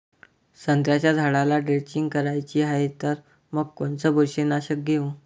संत्र्याच्या झाडाला द्रेंचींग करायची हाये तर मग कोनच बुरशीनाशक घेऊ?